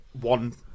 one